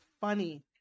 funny